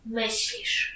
myślisz